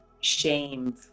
shame